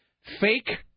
fake